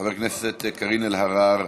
חברת הכנסת קארין אלהרר.